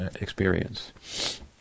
experience